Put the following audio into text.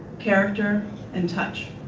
character and touch.